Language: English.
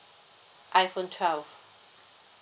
iphone twelve